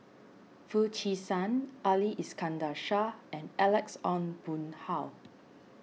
Foo Chee San Ali Iskandar Shah and Alex Ong Boon Hau